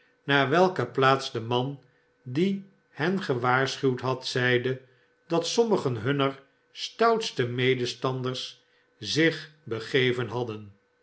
naar welke plaats de man die hen gewaarschuwd had zeide dat sommigen hunner stoutste medestandera zich begeven hadden